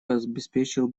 обеспечил